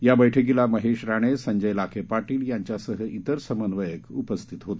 या बैठकीला महेश राणे संजय लाखे पाटील यांच्यासह इतर समन्वयक उपस्थित होते